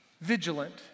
vigilant